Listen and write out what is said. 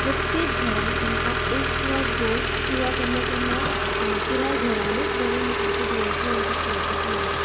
प्रत्येक घरांत आमका एक किंवां दोन किंवां केन्ना केन्नाय पुराय घरानच गोडे मुताची दुयेंती आमकां पळोवपाक मेळटा